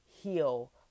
heal